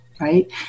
right